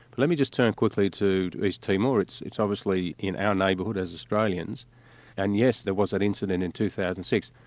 let me just turn quickly to east timor. it's it's obviously in our neighbourhood as australians and yes, there was an incident in two thousand and six.